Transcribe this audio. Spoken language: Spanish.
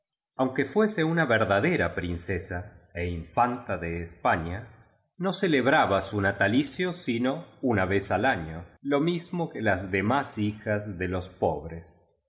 aunque fuese una verdadera princesa é infantado españa no celebraba su natalicio sino una vez al año lo mismo que las demás hijas de los pobres